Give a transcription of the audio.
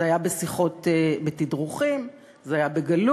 זה היה בתדרוכים, זה היה בגלוי,